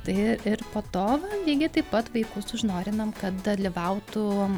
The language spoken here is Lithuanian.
tai ir po to va lygiai taip pat vaikus užnorinam kad dalyvautų